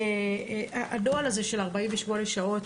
הנוהל הזה של ה-48 שעות,